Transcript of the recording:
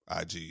IG